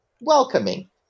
welcoming